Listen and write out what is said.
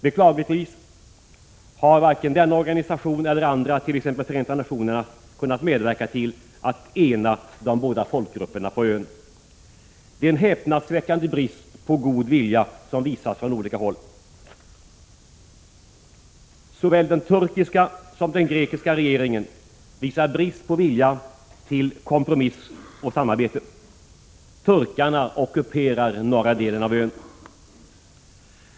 Beklagligtvis har varken denna organisation eller andra, t.ex. Förenta nationerna, kunnat medverka till att ena de båda folkgrupperna på ön. Det är en häpnadsväckande brist på god vilja som visas från olika håll. Såväl den turkiska som den grekiska regeringen visar brist på vilja till kompromiss och samarbete. Turkarna ockuperar den norra delen av ön.